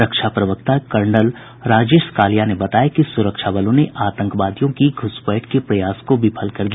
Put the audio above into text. रक्षा प्रवक्ता कर्नल राजेश कालिया ने बताया कि सुरक्षाबलों ने आतंकवादियों की घूसपैठ के प्रयास को विफल कर दिया